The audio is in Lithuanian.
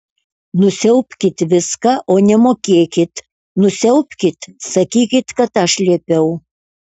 nusiaubkit viską o nemokėkit nusiaubkit sakykit kad aš liepiau